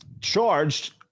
charged